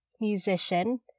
musician